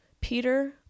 Peter